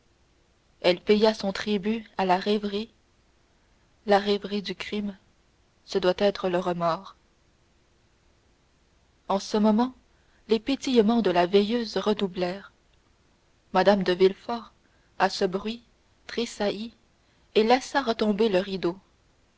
elle paya son tribut à la rêverie la rêverie du crime ce doit être le remords en ce moment les pétillements de la veilleuse redoublèrent mme de villefort à ce bruit tressaillit et laissa retomber le rideau